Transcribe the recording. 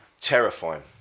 terrifying